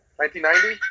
1990